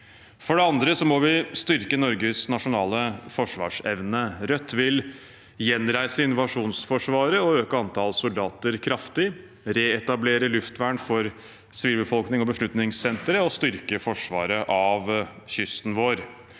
For det andre må vi styrke Norges nasjonale forsvarsevne. Rødt vil gjenreise invasjonsforsvaret og øke antall soldater kraftig, reetablere luftvern for sivilbefolkning og beslutningsentre og styrke forsvaret av kysten vår.